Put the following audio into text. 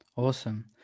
Awesome